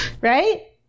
Right